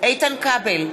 איתן כבל,